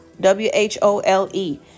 W-H-O-L-E